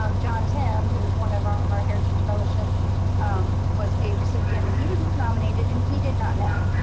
um john timm, who is one of our our heritage fellowships was a recipient, and he was nominated and he did not know.